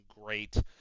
great